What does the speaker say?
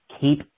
Keep